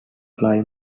fly